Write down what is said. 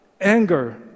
anger